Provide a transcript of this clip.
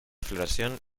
floración